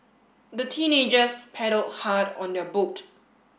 the teenagers paddled hard on their boat